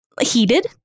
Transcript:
heated